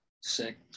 sick